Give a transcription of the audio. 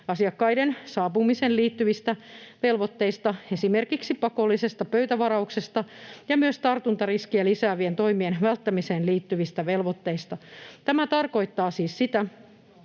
asiakkaiden saapumiseen liittyvistä velvoitteista, esimerkiksi pakollisesta pöytävarauksesta, ja myös tartuntariskiä lisäävien toimien välttämiseen liittyvistä velvoitteista. Tämä tarkoittaa siis sitä,